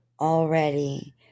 already